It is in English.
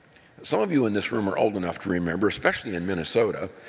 some of you in this room are old enough to remember, especially in minnesota,